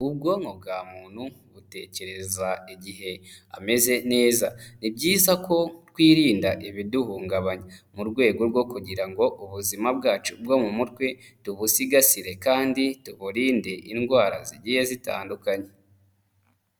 Ubwonko bwa muntu butekereza igihe ameze neza, ni byiza ko twirinda ibiduhungabanya, mu rwego rwo kugira ngo ubuzima bwacu bwo mu mutwe tubusigasire kandi tuburinde indwara zigiye zitandukanye.